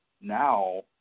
now